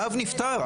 האב נפטר.